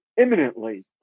imminently